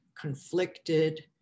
conflicted